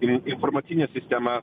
in informacinė sistema